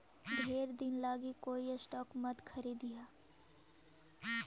ढेर दिन लागी कोई स्टॉक मत खारीदिहें